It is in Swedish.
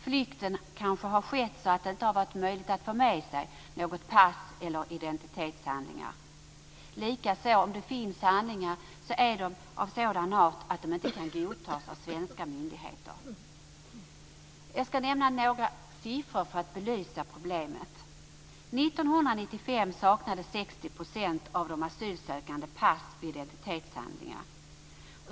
Flykten kanske har skett på ett sådant sätt att det inte har varit möjligt att få med sig pass eller identitetshandlingar. Om det finns handlingar kan de vara av sådan art att de inte kan godtas av svenska myndigheter. Jag skall nämna några siffror för att belysa problemet. År 1995 saknade 60 % av de asylsökande pass och identitetshandlingar.